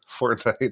Fortnite